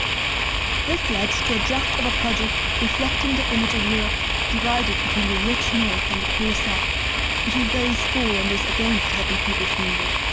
this led to a draft of a project reflecting the image of europe divided between the rich north and the poor south between those for and those against helping people fleeing war.